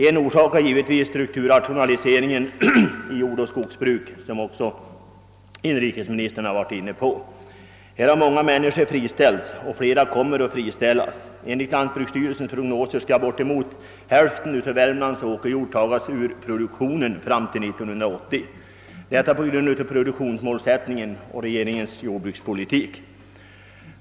En anledning är strukturrationaliseringen inom jordoch skogsbruket, vilket också inrikesministern har varit inne på. Härigenom har många människor friställts, och flera kommer att friställas. Enligt lantbruksstyrelsens prognoser skall bortemot hälften av Värmlands åkerjord tas ur produktionen fram till år 1980 på grund av produktionsmålsättningen och «regeringens jordbrukspolitik.